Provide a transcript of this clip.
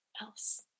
else